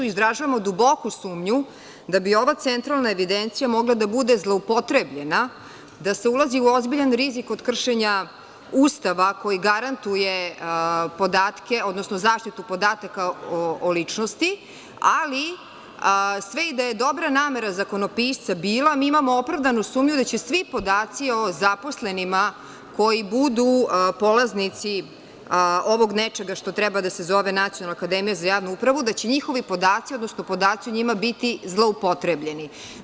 Izražavamo duboku sumnju da bi Centralna evidencija mogla da bude zloupotrebljena, da se ulazi u ozbiljan rizik od kršenja Ustava koji garantuje zaštitu podataka o ličnosti, ali sve i da je dobra namera zakonopisca bila, mi imamo opravdanu sumnju da će svi podaci o zaposlenima koji budu polaznici ovog nečega što treba da se zove Nacionalna akademija za javnu upravu, da će podaci o njima biti zloupotrebljeni.